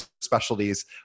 specialties